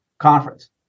conference